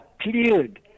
cleared